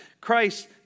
Christ